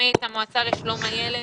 כרמית מהמועצה לשלום הילד.